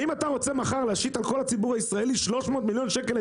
האם אתה רוצה מחר להשית על כל הציבור הישראלי 300 מיליון שקל,